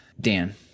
Dan